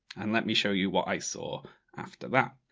and let me show you what i saw after that.